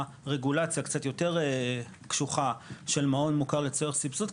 הרגולציה קצת יותר קשוחה של מעון מוכר לצורך סבסוד,